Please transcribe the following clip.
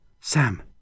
sam